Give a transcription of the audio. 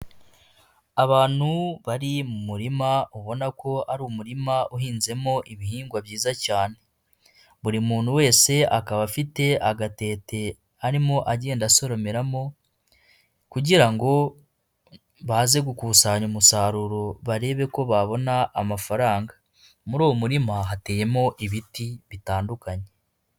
Abantu bari mu murima ubona ko ari umurima uhinzemo ibihingwa byiza cyane, buri muntu wese akaba afite agatete arimo agenda asoromeramo, kugira ngo baze gukusanya umusaruro barebe ko babona amafaranga. Muri uwo murima hateyemo ibiti bitandukanye.